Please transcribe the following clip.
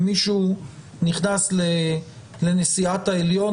ומישהו נכנס לנשיאת העליון,